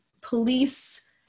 police